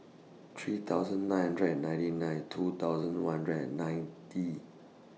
three thousand nine hundred and ninety nine two thousand one hundred and ninety